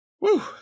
Woo